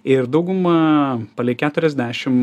ir dauguma palei keturiasdešim